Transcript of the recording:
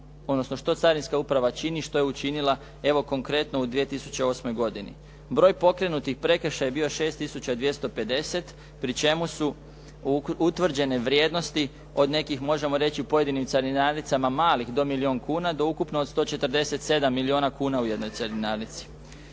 odnosno što carinska uprava čini, što je učinila, evo konkretno u 2008. godini. Broj pokrenutih prekršaja je bio 6250, pri čemu su utvrđene vrijednosti od nekih, možemo reći u pojedinim carinarnicama malih do milijun kuna do ukupno 147 milijuna kuna u jednoj carinarnici.